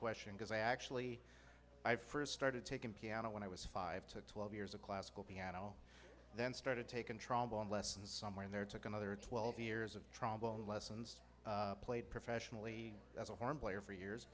question because i actually i first started taking piano when i was five to twelve years of classical piano then started taken trombone lessons somewhere in there took another twelve years of trombone lessons played professionally as a horn player for years